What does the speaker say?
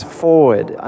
forward